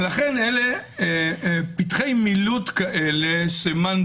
ולכן אלה פתחי מילוט סמנטיים,